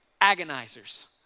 agonizers